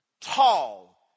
tall